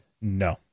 No